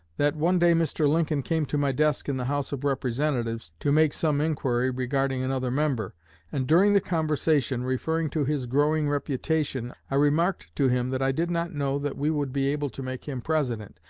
that one day mr. lincoln came to my desk in the house of representatives, to make some inquiry regarding another member and during the conversation, referring to his growing reputation, i remarked to him that i did not know that we would be able to make him president,